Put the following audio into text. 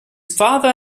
father